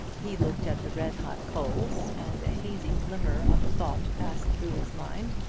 he looked at the red-hot coals, and a hazy glimmer of a thought passed through his mind,